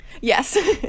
Yes